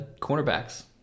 cornerbacks